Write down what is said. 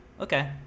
Okay